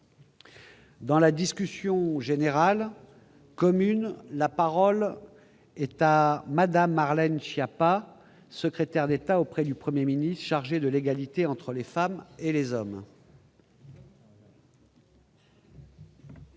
Dans la discussion générale commune, la parole est à Madame, Marlène Schiappa, secrétaire d'État auprès du 1er ministre chargée de l'égalité entre les femmes et les hommes.